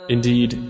Indeed